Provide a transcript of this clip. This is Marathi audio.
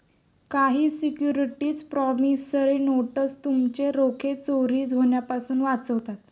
काही सिक्युरिटीज प्रॉमिसरी नोटस तुमचे रोखे चोरी होण्यापासून वाचवतात